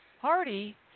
Hardy